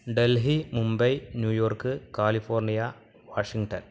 Delhi Mumbai New York California Washington